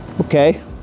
okay